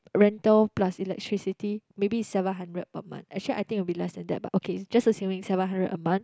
rental plus electricity maybe it's seven hundred per month actually I think it will be less than that but okay just assuming seven hundred a month